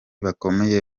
bakomeye